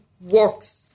works